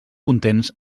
contents